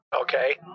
Okay